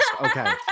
Okay